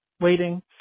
waiting